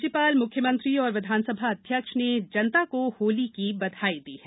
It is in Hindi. राज्यपाल मुख्यमंत्री और विधानसभा अध्यक्ष ने जनता को होली की बधाई दी है